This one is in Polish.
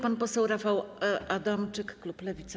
Pan poseł Rafał Adamczyk, klub Lewica.